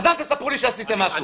אז אל תספרו לי שעשיתם משהו.